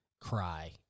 cry